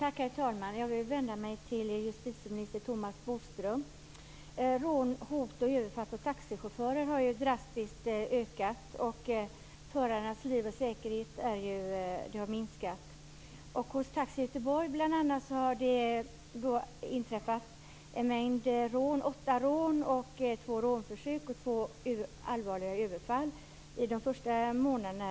Herr talman! Jag vill vända mig till justitieminister Thomas Bodström. Rån, hot och överfall mot taxichaufförer har drastiskt ökat. Förarnas liv och säkerhet är i fara. Taxi Göteborg har utsatts för åtta rån, två rånförsök och två allvarliga överfall under årets första månader.